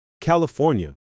California